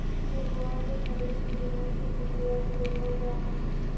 cocoa के फलियन के किण्वन के प्रक्रिया से गुजारल जा हई